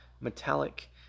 metallic